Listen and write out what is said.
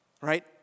right